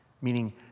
meaning